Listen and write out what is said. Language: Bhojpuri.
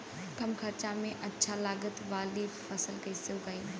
कम खर्चा में अच्छा लागत वाली फसल कैसे उगाई?